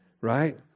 right